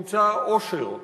מול העוני נמצא העושר,